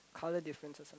colour differences